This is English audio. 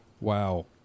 wow